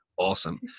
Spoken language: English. Awesome